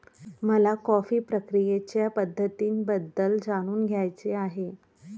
मला कॉफी प्रक्रियेच्या पद्धतींबद्दल जाणून घ्यायचे आहे